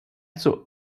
zur